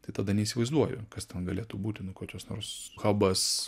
tai tada neįsivaizduoju kas ten galėtų būti nu kokios nors habas